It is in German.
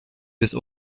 bis